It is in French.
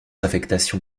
affectation